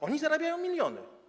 Oni zarabiają miliony.